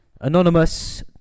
Anonymous